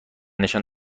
نشان